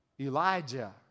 Elijah